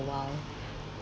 a while